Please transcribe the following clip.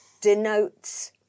denotes